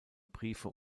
briefe